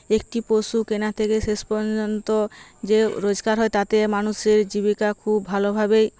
একটি পশু কেনার থেকে শেষ পর্যন্ত যে রোজগার হয় তাতে মানুষের জীবিকা খুব ভালোভাবেই